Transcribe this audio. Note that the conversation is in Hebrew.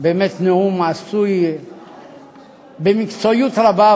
באמת נאום עשוי במקצועיות רבה,